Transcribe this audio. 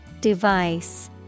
Device